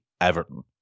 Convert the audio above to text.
Everton